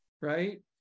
right